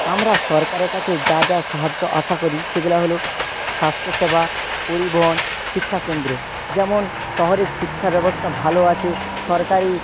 আমরা সরকারের কাছে যা যা সাহায্য আশা করি সেগুলো হল স্বাস্থ্যসেবা পরিবহন শিক্ষাকেন্দ্র যেমন শহরে শিক্ষা ব্যবস্থা ভালো আছে সরকারি